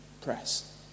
press